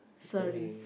sorry